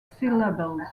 syllables